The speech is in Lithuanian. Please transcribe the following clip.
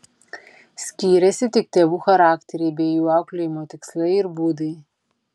skyrėsi tik tėvų charakteriai bei jų auklėjimo tikslai ir būdai